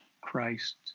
Christ